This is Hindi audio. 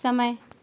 समय